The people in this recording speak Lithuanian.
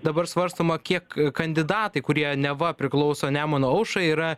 dabar svarstoma kiek kandidatai kurie neva priklauso nemuno aušrai yra